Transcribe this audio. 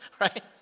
Right